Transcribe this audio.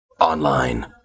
Online